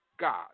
God